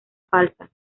falsa